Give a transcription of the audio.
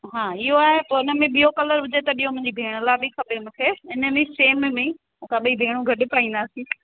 हा इहो आहे पोइ हिनमें ॿियों कलर हुजे त ॾियो मुंहिंजी भेण लाइ बि खपे मूंखे हिन में सेम में ई असां ॿई भेणूं गॾु पाईंदासीं